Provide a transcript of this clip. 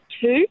two